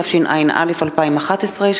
התשע”א 2011,